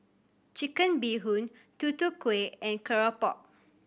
Chicken Bee Hoon Tutu Kueh and keropok